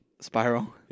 Spiral